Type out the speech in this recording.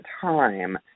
time